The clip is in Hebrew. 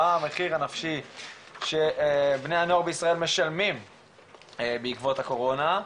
מה המחיר הנפשי שבני הנוער בישראל משלמים בעקבות הקורונה.